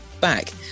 back